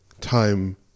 time